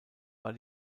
war